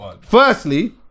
Firstly